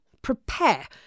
prepare